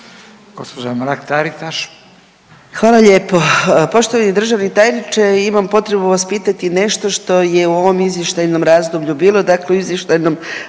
Gospođa Mrak Taritaš.